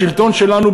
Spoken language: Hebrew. השלטון שלנו,